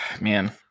man